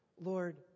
Lord